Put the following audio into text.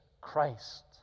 Christ